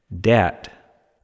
debt